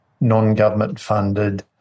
non-government-funded